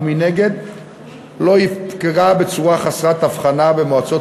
ומנגד לא יפגע בצורה חסרת הבחנה במועצות